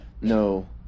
no